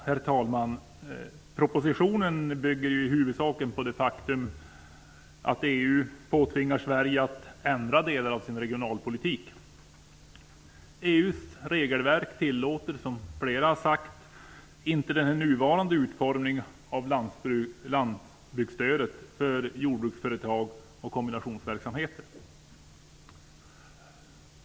Herr talman! Propositionen bygger i huvudsak på det faktum att EU påtvingar Sverige att ändra delar av sin regionalpolitik. EU:s regelverk tillåter, som flera har sagt, inte den nuvarande utformningen av lantbruksstödet, stödet till jordbruksföretag och kombinationsverksamheter.